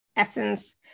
essence